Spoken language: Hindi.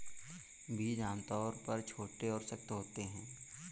बीज आमतौर पर छोटे और सख्त होते हैं